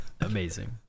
amazing